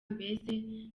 mbese